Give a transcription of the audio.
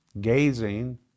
gazing